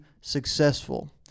successful